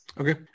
okay